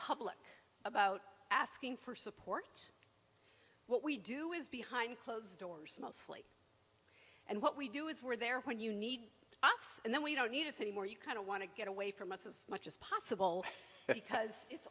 public about asking for support what we do is behind closed doors mostly and what we do is we're there when you need us and then we don't need us anymore you kind of want to get away from us as much as possible because it's